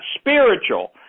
spiritual